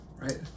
Right